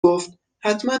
گفت، حتما